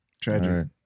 Tragic